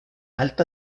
alta